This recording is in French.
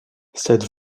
cette